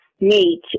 meet